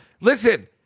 listen